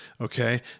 Okay